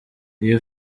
iyo